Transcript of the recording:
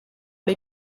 les